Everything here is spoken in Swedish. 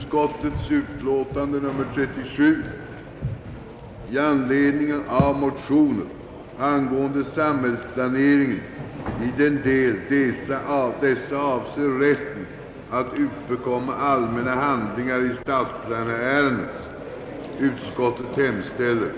kunna utgå retroaktivt även till tidigare i den kommunala församlingen icke representerat parti som vid valet erhållit mandat för det år valet ägt rum.